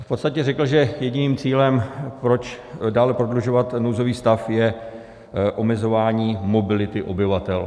V podstatě řekl, že jediným cílem, proč dále prodlužovat nouzový stav, je omezování mobility obyvatel.